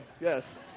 Yes